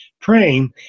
praying